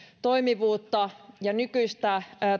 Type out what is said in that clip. toimivuutta ja nykyistä